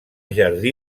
jardí